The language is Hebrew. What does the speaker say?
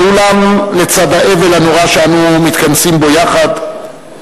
ואולם, לצד האבל הנורא שאנו מתכנסים בו יחד,